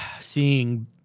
seeing